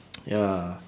ya